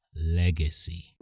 legacy